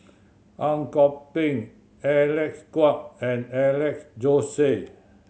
Ang Kok Peng Alec Kuok and Alex Josey